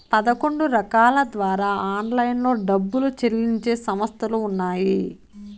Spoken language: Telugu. పదకొండు రకాల ద్వారా ఆన్లైన్లో డబ్బులు చెల్లించే సంస్థలు ఉన్నాయి